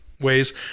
ways